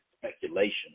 speculation